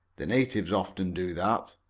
the natives often do that.